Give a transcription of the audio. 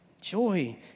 Joy